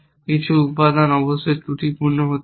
কিছু উপাদান অবশ্যই ত্রুটিপূর্ণ হতে হবে